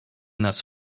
nas